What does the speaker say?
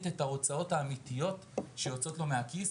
את ההוצאות האמיתיות שיוצאות לו מהכיס